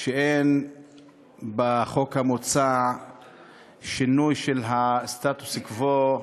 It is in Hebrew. שאין בחוק המוצע שינוי של הסטטוס-קוו,